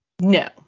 No